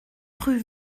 rue